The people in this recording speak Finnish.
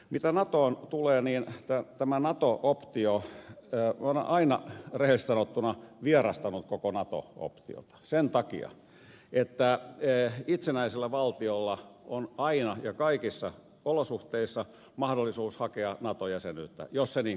mitä natoon tulee niin olen aina rehellisesti sanottuna vierastanut koko nato optiota sen takia että itsenäisellä valtiolla on aina ja kaikissa olosuhteissa mahdollisuus hakea nato jäsenyyttä jos se niin katsoo parhaaksi